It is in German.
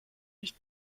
nicht